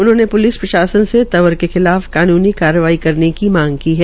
उन्होंने प्लिस प्रशासन से तंवर के खिलाफ कानूनी कार्रवाई करने की मांग की है